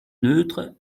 neutre